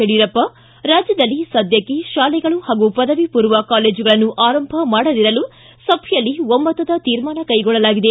ಯಡಿಯೂರಪ್ಪ ರಾಜ್ಯದಲ್ಲಿ ಸದ್ಯಕ್ಕೆ ತಾಲೆಗಳು ಹಾಗೂ ಪದವಿಪೂರ್ವ ಕಾಲೇಜುಗಳನ್ನು ಆರಂಭ ಮಾಡದಿರಲು ಸಭೆಯಲ್ಲಿ ಒಮ್ಹದ ತೀರ್ಮಾನ ಕೈಗೊಳ್ಳಲಾಗಿದೆ